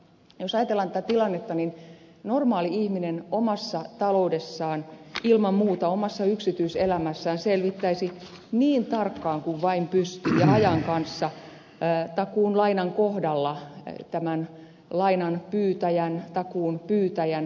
jos ajatellaan tätä tilannetta niin normaali ihminen omassa taloudessaan omassa yksityiselämässään ilman muuta selvittäisi niin tarkkaan kuin vain pystyy ja ajan kanssa takuun tai lainan kohdalla tämän lainan tai takuun pyytäjän tilanteen